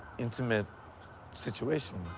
intimate situation.